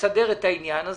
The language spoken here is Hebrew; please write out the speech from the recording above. לסדר את העניין הזה.